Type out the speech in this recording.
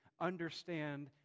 understand